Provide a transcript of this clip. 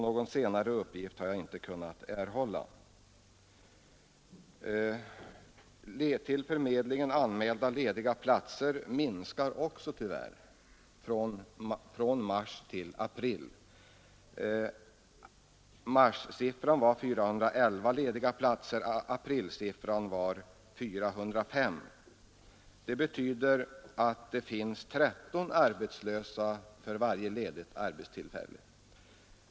Någon senare uppgift har jag inte kunnat erhålla. Tyvärr minskade också antalet till förmedlingen anmälda lediga platser från mars till april. Under mars anmäldes 411 lediga platser och under april 405. Det betyder att det finns 13 arbetslösa för varje ledigt arbetstillfälle.